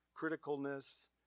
criticalness